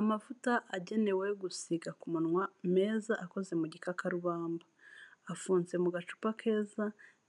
Amavuta agenewe gusiga ku munwa meza akoze mu gikakarubamba, afunze mu gacupa keza